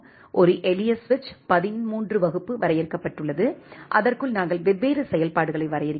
ஒரு எளிய சுவிட்ச் பதின்மூன்று வகுப்பு வரையறுக்கப்பட்டுள்ளது அதற்குள் நாங்கள் வெவ்வேறு செயல்பாடுகளை வரையறுக்கிறோம்